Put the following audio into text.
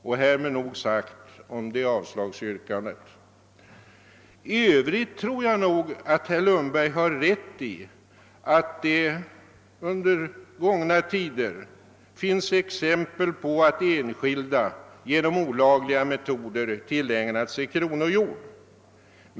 Och härmed nog sagt om avslagsyrkandet. I övrigt tror jag att herr Lundberg har rätt i att det från gångna tider finns exempel på att enskilda genom olagliga metoder tillägnat sig kronojord.